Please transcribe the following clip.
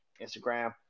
Instagram